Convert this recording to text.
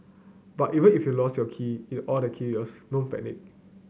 but even if you've lost your key in all the chaos don't panic